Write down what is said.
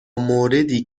موردی